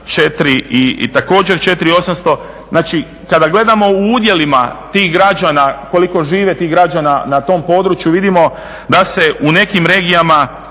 također 4800. Znači, kada gledamo u udjelima tih građana koliko žive tih građana na tom području vidimo da se u nekim regijama